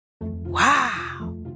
Wow